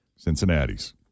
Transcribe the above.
Cincinnati's